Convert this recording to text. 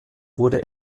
wurde